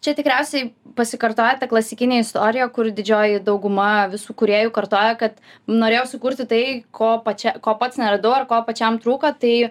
čia tikriausiai pasikartoja klasikinė istorija kur didžioji dauguma visų kūrėjų kartoja kad norėjo sukurti tai ko pačia ko pats neradau ar ko pačiam trūko tai